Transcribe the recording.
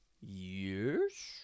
Years